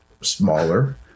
smaller